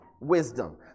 wisdom